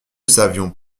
savions